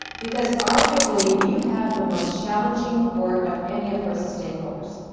because arguably you have the most challenging work of any of hrsas stake holders.